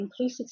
inclusivity